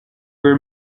were